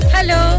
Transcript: Hello